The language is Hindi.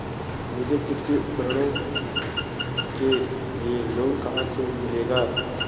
मुझे कृषि उपकरणों के लिए लोन कहाँ से मिलेगा?